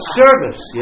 service